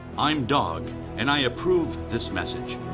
i'm dog and i approved this message.